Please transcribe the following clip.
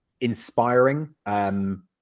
inspiring